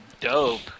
dope